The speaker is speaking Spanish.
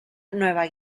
nueva